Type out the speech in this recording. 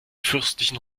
fürstlichen